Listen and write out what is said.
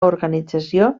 organització